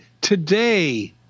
today